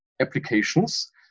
applications